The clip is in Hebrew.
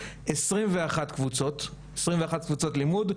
עשרים ואחת קבוצות לימודים,